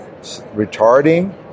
retarding